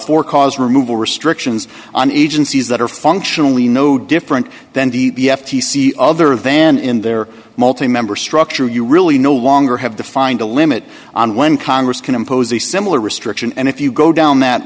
or cause removal restrictions on agencies that are functionally no different than the f t c other van in their multi member structure you really no longer have defined a limit on when congress can impose a similar restriction and if you go down that